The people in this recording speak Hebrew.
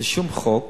לשום חוק,